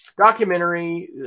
Documentary